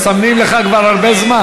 הם מסמנים לך כבר הרבה זמן.